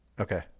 Okay